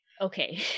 Okay